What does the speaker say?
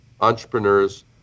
entrepreneurs